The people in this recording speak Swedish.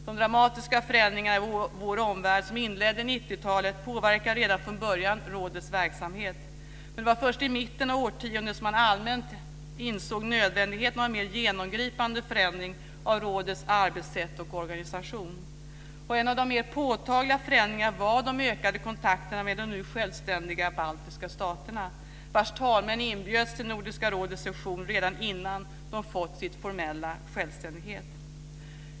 De dramatiska förändringarna i vår omvärld som inledde 90-talet påverkade redan från början rådets verksamhet. Men det var först i mitten av årtiondet som man allmänt insåg nödvändigheten av en mer genomgripande förändring av rådets arbetssätt och organisation. En av de mer påtagliga förändringarna var de ökade kontakterna med de nu självständiga baltiska staterna vars talmän inbjöds till Nordiska rådets session redan innan länderna hade uppnått sin formella självständighet.